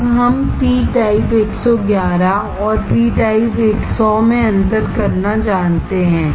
अब हम P type 111 और पी टाइप 100 में अंतर करना जानते हैं